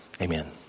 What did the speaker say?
Amen